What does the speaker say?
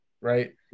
right